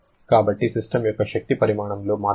కాబట్టి సిస్టమ్ యొక్క శక్తి పరిమాణంలో మార్పు ఎంత